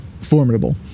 formidable